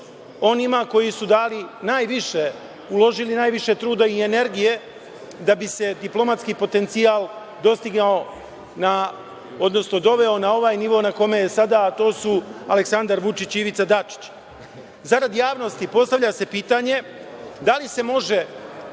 onima koji su dali i uložili najviše truda i energije da bi se diplomatski potencijal doveo na ovaj nivo na kome je sada, a to su Aleksandar Vučić i Ivica Dačić. Zarad javnosti, postavlja se pitanje da li se može